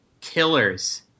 killers